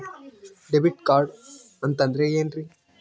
Debit card ಅಂತಂದ್ರೆ ಏನ್ರೀ?